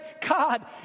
God